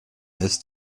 ist